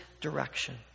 direction